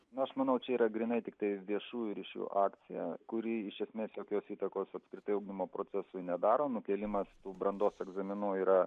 nu aš manau čia yra grynai tiktai viešųjų ryšių akcija kuri iš esmės jokios įtakos apskritai ugdymo procesui nedaro nukėlimas tų brandos egzaminų yra